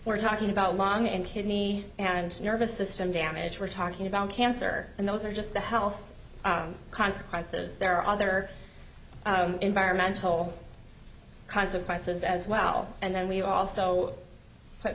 we're talking about long and kidney and i'm so nervous system damage we're talking about cancer and those are just the health consequences there are other environmental consequences as well and then we also put